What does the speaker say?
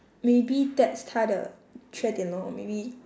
maybe that's 她的缺点 lor maybe